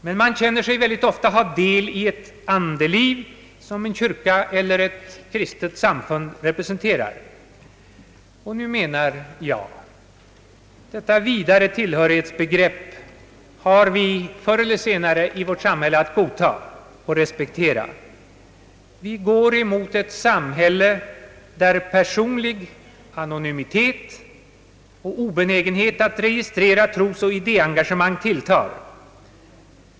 Men man känner sig mycket ofta ha del i det andeliv som en kyrka eller ett annat kristet samfund representerar. Och nu menar jag att detta vidare tillhörighetsbegrepp är något som vi förr eller senare har att i vårt samhälle godta och respektera, Vi närmar oss ett samhälle där personlig anonymitet och obenägenhet att registrera trosoch idéengagemang tilltar.